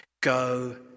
Go